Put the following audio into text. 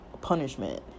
punishment